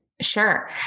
Sure